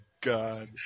God